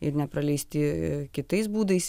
ir nepraleisti kitais būdais